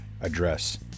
address